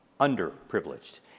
underprivileged